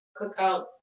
cookouts